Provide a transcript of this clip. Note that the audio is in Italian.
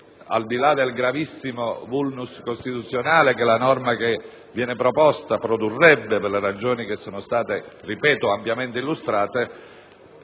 Al di là del gravissimo *vulnus* costituzionale che la norma proposta produrrebbe per le ragioni che sono state - ripeto - ampiamente illustrate,